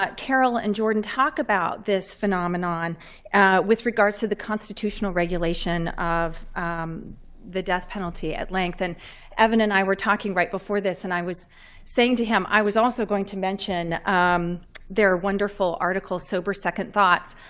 carol and jordan talk about this phenomenon with regards to the constitutional regulation of the death penalty at length. and evan and i were talking right before this. and i was saying to him, i was also going to mention their wonderful article, sober second thoughts.